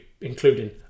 including